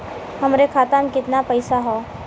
हमरे खाता में कितना पईसा हौ?